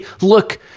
look